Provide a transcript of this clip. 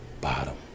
bottom